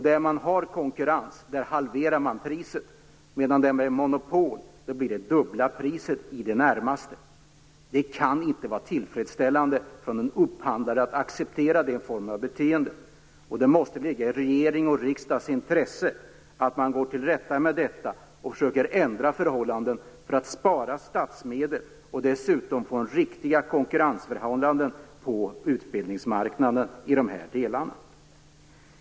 Där konkurrens finns halverar AMU-gruppen priset, medan det blir i det närmaste dubbla priset där gruppen har monopol. Det kan inte vara tillfredsställande för en upphandlare att acceptera den formen av beteende, och det måste ligga i regerings och riksdags intresse att komma till rätta med detta och försöka ändra förhållandena för att spara statsmedel och få riktiga konkurrensförhållanden på utbildningsmarknaden i dessa delar.